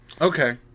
Okay